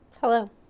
Hello